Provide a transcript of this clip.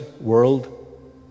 world